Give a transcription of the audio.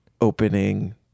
opening